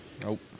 Nope